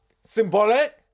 symbolic